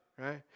right